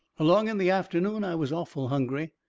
along in the afternoon i was awful hungry.